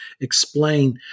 explain